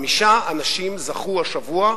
חמישה אנשים זכו השבוע,